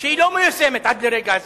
מיושמת עד לרגע זה.